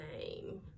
name